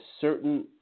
certain